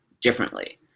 Differently